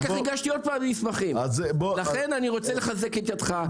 עוד פעם מסמכים, לכן אני רוצה לחזק את ידך.